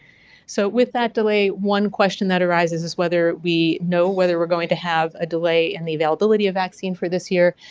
so, with that delay, one question that arises is whether we know whether we're going to have a delay in the availability of vaccine for this year.